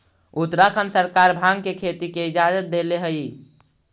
उत्तराखंड सरकार भाँग के खेती के इजाजत देले हइ